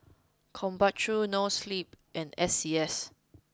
Krombacher Noa Sleep and S C S